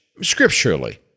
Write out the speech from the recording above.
scripturally